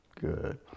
Good